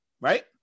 right